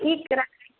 ठीक छै रखैत छी